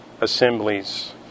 assemblies